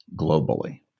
globally